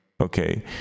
okay